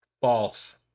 False